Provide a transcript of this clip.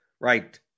Right